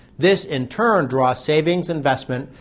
this in turn draws savings, investment,